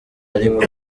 ariko